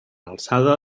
alçada